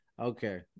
Okay